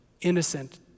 innocent